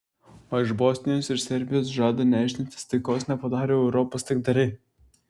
o iš bosnijos ir serbijos žada nešdintis taikos nepadarę europos taikdariai